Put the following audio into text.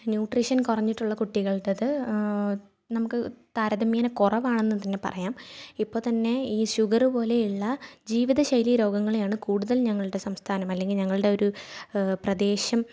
nutrition കുറഞ്ഞിട്ടുള്ള കുട്ടികളുടേത് നമുക്ക് അത് താരതമ്യേന കുറവാണെന്ന് അതിനെ പറയാം ഇപ്പോൾ തന്നെ ഈ ഷുഗർ പോലെയുള്ള ജീവിതശൈലി രോഗങ്ങളെയാണ് കൂടുതൽ ഞങ്ങളുടെ സംസ്ഥാനം അല്ലെങ്കിൽ ഞങ്ങളുടെ ഒരു പ്രദേശം